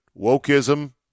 Wokeism